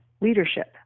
leadership